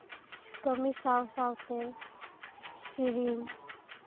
ᱠᱟᱹᱢᱤ ᱥᱟᱶᱼᱥᱟᱶᱛᱮ ᱥᱮᱹᱨᱮᱹᱧ